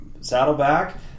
Saddleback